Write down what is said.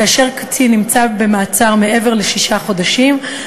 כאשר הקטין נמצא במעצר מעבר לשישה חודשים,